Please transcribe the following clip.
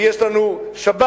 ויש לנו שב"כ,